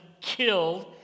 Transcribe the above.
killed